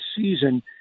season